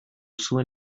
zuen